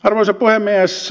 arvoisa puhemies